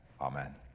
Amen